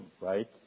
right